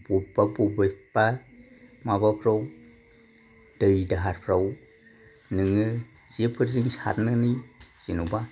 बबेबा बबेबा माबाफ्राव दै दाहारफ्राव नोङो जेफोरजों सारनानै जेन'बा